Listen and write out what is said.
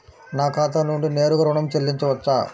నా ఖాతా నుండి నేరుగా ఋణం చెల్లించవచ్చా?